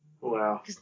Wow